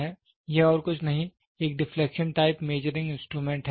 यह और कुछ नहीं एक डिफलेक्शन टाइप मेजरिंग इंस्ट्रूमेंट है